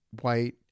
white